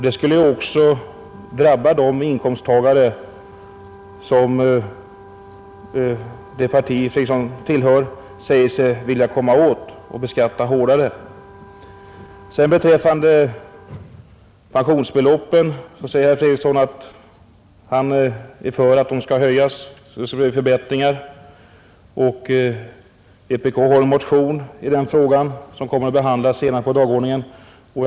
Det skulle också drabba de inkomsttagare som det parti herr Fredriksson tillhör säger sig vilja komma åt och beskatta hårdare. Beträffande pensionsbeloppen säger herr Fredriksson att han är för att dessa skall höjas. Vpk har en motion i denna fråga som kommer att behandlas under en senare punkt på föredragningslistan.